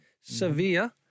Sevilla